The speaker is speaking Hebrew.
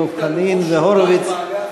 דב חנין והורוביץ.